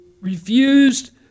refused